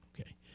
Okay